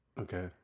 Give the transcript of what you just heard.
Okay